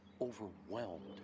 overwhelmed